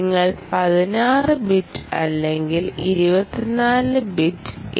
നിങ്ങൾക്ക് 16 ബിറ്റ് അല്ലെങ്കിൽ 24 bit A